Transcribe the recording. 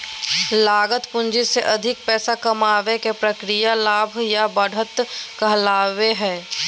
लागत पूंजी से अधिक पैसा कमाबे के प्रक्रिया लाभ या बढ़त कहलावय हय